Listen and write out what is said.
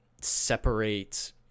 separate